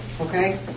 okay